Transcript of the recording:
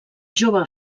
jove